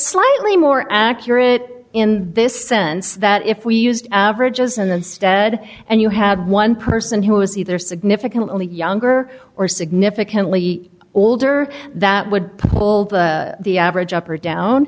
slightly more accurate in this sense that if we used average as an instead and you had one person who is either significantly younger or significantly older that would pull the average up or down